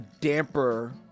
damper